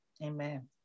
amen